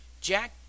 Jack